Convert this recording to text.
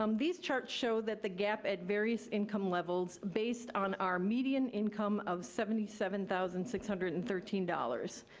um these charts show that the gap at various income levels based on our median income of seventy seven thousand six hundred and thirteen dollars.